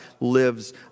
lives